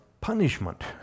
punishment